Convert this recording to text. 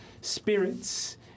Spirits